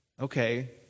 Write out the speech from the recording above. okay